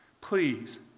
Please